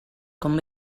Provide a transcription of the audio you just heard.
com